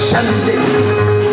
Sunday